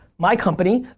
my company,